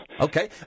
Okay